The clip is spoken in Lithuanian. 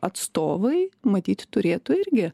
atstovai matyt turėtų irgi